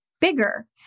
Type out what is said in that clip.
bigger